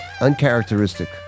Uncharacteristic